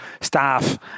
staff